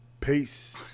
Peace